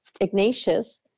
Ignatius